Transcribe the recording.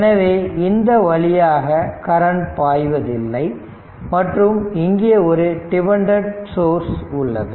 எனவே இந்த வழியாக கரண்ட் பாய்வதில்லை மற்றும் இங்கே ஒரு டிபெண்டன்ட் சோர்ஸ் உள்ளது